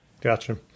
gotcha